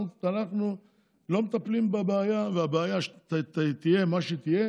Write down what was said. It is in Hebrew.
אנחנו לא מטפלים בבעיה, הבעיה תהיה מה שתהיה